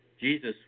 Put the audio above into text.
Jesus